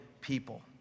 people